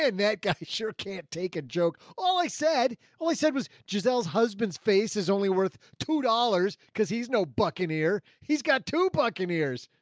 and that guy sure can't take a joke. all i said, all i said was giselle's husbands face is only worth two dollars cause he's no buccaneer. he's got two buccaneers.